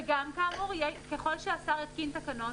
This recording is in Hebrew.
וגם ככל שהשר יתקין תקנות.